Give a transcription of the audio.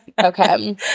Okay